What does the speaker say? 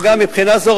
מבחינה זו,